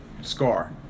scar